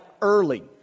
early